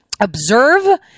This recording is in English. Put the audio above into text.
observe